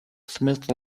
smith